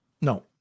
No